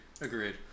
agreed